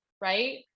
right